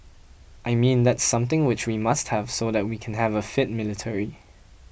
I mean that's something which we must have so that we can have a fit military